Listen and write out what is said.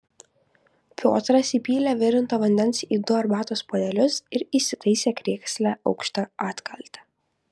piotras įpylė virinto vandens į du arbatos puodelius ir įsitaisė krėsle aukšta atkalte